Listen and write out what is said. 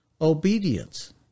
obedience